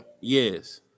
Yes